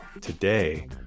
today